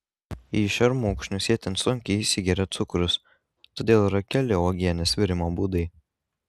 į šermukšnius itin sunkiai įsigeria cukrus todėl yra keli uogienės virimo būdai